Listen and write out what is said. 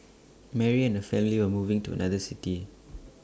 Mary and family were moving to another city